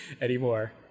anymore